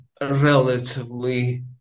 relatively